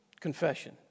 confession